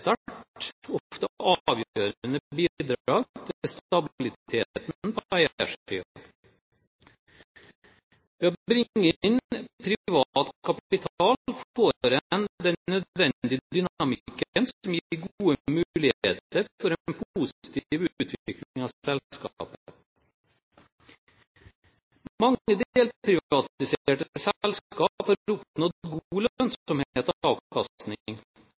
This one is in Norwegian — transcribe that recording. bringe inn privat kapital får en den nødvendige dynamikken som gir gode muligheter for en positiv utvikling av selskapet. Mange